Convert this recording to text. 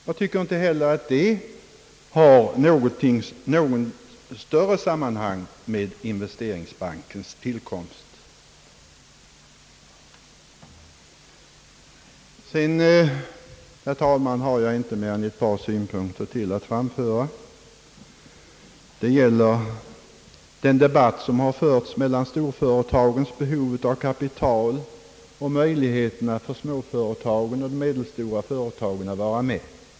Jag tycker inte heller att det har något större sammanhang med investeringsbankens tillkomst. Sedan, herr talman, har jag inte mer än ett par synpunkter till att framföra. De gäller den debatt som har förts om storföretagens behov av kapital och möjligheterna för småföretagen och de medelstora företagen att vara med.